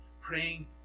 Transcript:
praying